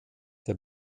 der